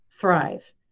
thrive